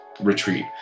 retreat